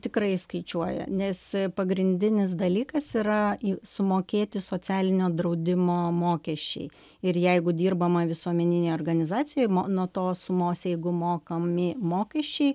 tikrai įskaičiuoja nes pagrindinis dalykas yra sumokėti socialinio draudimo mokesčiai ir jeigu dirbama visuomeninėj organizacijoj nuo tos sumos jeigu mokami mokesčiai